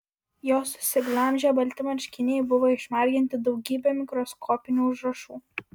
jo susiglamžę balti marškiniai buvo išmarginti daugybe mikroskopinių užrašų